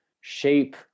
shape